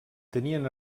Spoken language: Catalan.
tenien